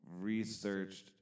researched